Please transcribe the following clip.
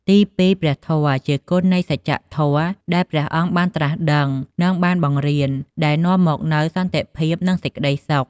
ទីពីរ ព្រះធម៌ ជាគុណនៃសច្ចធម៌ដែលព្រះអង្គបានត្រាស់ដឹង និងបានបង្រៀន ដែលនាំមកនូវសន្តិភាព និងសេចក្តីសុខ។